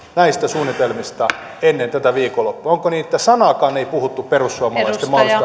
näistä suunnitelmista ennen tätä viikonloppua onko niin että sanaakaan ei puhuttu perussuomalaisten